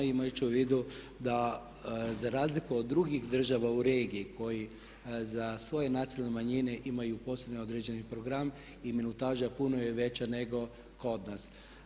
Imajući u vidu da za razliku od drugih država u regiji koji za svoje nacionalne manjine imaju posebno određeni program i minutaža puno je veća nego kod nas.